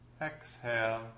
exhale